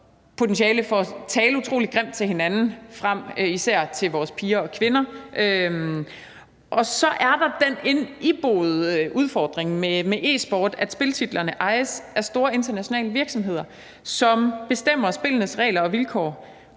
potentiale for at tale utrolig grimt til hinanden frem, især til vores piger og kvinder. Og så er der den iboende udfordring med e-sport, at spiltitlerne ejes af store internationale virksomheder, der bestemmer spillenes regler og vilkår,